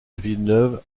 villeneuve